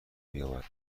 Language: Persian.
بیار